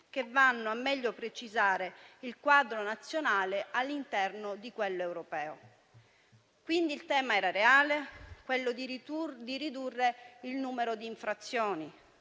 che vanno a meglio precisare il quadro nazionale all'interno di quello europeo. Il tema reale era quello di ridurre il numero di infrazioni,